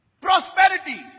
prosperity